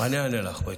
אני אענה לך.